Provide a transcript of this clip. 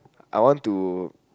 I want to